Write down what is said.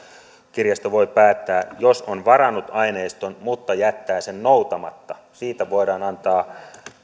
kirjasto voi päättää että jos on varannut aineiston mutta jättää sen noutamatta siitä voidaan antaa